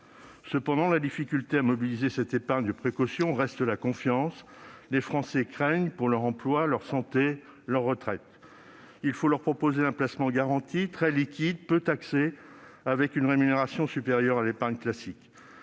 Cependant, la difficulté à mobiliser cette épargne de précaution est liée au rétablissement de la confiance. Les Français craignent pour leur emploi, leur santé et leur retraite. Il faut donc leur proposer un placement garanti, très liquide, peu taxé, et qui offre une rémunération supérieure à l'épargne classique.